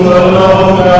alone